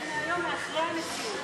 זה מהיום, מאחרי הנשיאות.